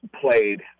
played